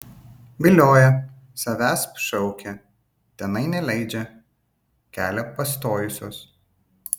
vilioja savęsp šaukia tenai neleidžia kelią pastojusios